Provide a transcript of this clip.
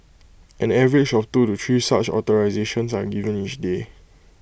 an average of two to three such authorisations are given each day